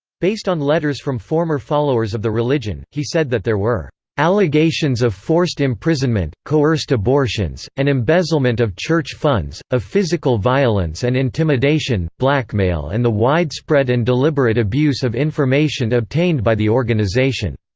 based on letters from former followers of the religion, he said that there were allegations of forced imprisonment, coerced abortions, and embezzlement of church funds, of physical violence and intimidation, blackmail and the widespread and deliberate abuse of information obtained by the organization.